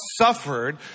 suffered